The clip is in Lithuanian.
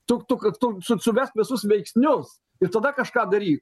tu tu tu suvesk visus veiksnius ir tada kažką daryk